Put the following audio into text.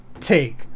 take